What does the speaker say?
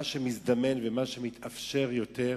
מה שמזדמן ומה שמתאפשר יותר,